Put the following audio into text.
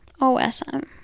OSM